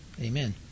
amen